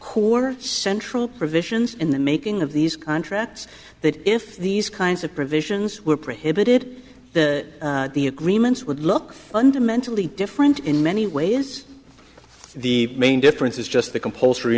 core central provisions in the making of these contracts that if these kinds of provisions were prohibited that the agreements would look under mentally different in many ways the main difference is just the compulsory